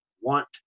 want